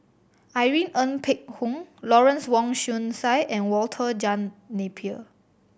Irene Ng Phek Hoong Lawrence Wong Shyun Tsai and Walter John Napier